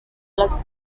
las